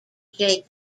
jacob